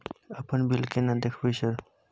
अपन बिल केना देखबय सर?